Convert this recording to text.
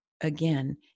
again